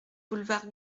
boulevard